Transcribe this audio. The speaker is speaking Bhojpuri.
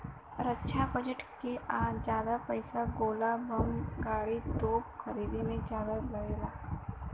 रक्षा बजट के जादा पइसा गोला बम गाड़ी, तोप खरीदे में जादा लगला